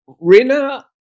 Rina